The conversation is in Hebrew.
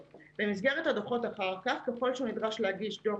במסגרת הדוחות אחר כך, ככל שהוא נדרש להגיש דוח